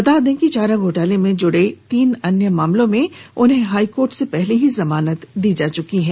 बता दें कि चारा घोटाले से जुड़े तीन अन्य मामलों में उन्हें हाइकोर्ट से पहले ही जमानत मिल चुकी है